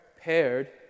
Paired